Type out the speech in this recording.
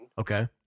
Okay